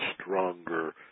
stronger